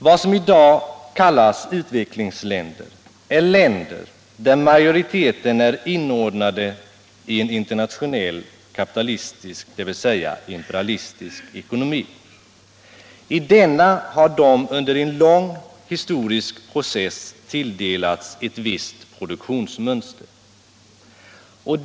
Vad som i dag kallas utvecklingsländer är länder där majoriteten är inordnad i en internationell kapitalistisk, dvs. imperialistisk, ekonomi. I denna har de under en lång historisk process tilldelats ett visst produktionsmönster.